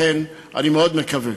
לכן אני מאוד מקווה,